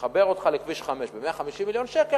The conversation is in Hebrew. שיחבר אותך לכביש 5 ב-150 מיליון שקל,